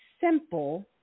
simple